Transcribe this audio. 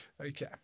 Okay